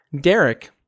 Derek